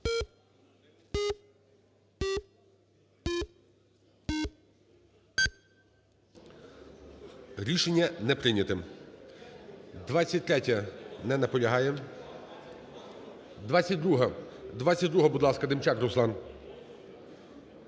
Рішення не прийняте. 23-я. Не наполягає. 22-а. 22-а, будь ласка, Демчак Руслан.